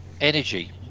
energy